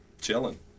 chilling